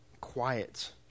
quiet